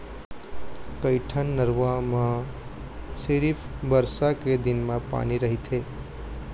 कइठन नरूवा म सिरिफ बरसा के दिन म पानी रहिथे